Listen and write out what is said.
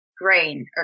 grain